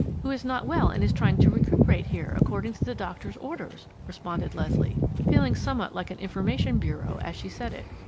who is not well and is trying to recuperate here, according to the doctor's orders, responded leslie, feeling somewhat like an information bureau as she said it.